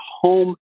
home